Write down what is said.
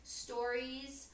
stories